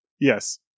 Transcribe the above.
Yes